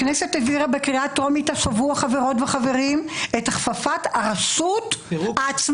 השבוע הכנסת העבירה בקריאה טרומית את הכפפת הרשות העצמאית